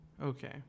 Okay